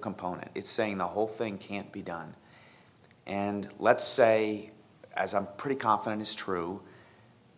component it's saying the whole thing can't be done and let's say as i'm pretty confident it's true